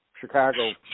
Chicago